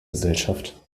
gesellschaft